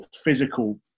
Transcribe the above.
physical